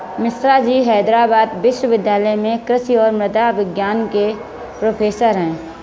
मिश्राजी हैदराबाद विश्वविद्यालय में कृषि और मृदा विज्ञान के प्रोफेसर हैं